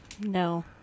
No